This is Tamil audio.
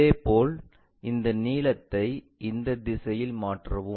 இதேபோல் இந்த நீளத்தை இந்த திசையில் மாற்றவும்